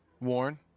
Warren